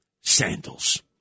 sandals